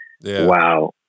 Wow